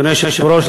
אדוני היושב-ראש,